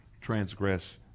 transgress